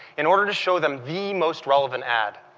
in order to show them the most relevant add.